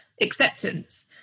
acceptance